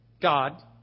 God